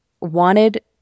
wanted